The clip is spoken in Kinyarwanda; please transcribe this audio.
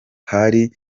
hari